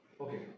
Okay